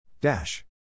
Dash